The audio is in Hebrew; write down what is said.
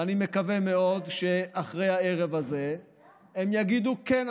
ואני מקווה מאוד שאחרי הערב הזה הן יגידו: כן,